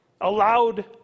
allowed